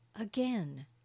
Again